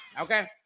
Okay